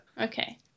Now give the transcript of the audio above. Okay